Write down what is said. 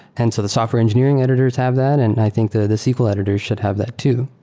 and so the software engineering editors have that, and i think the sql editors should have that too.